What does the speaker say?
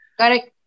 correct